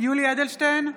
יולי יואל אדלשטיין,